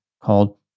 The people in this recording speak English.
called